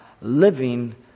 living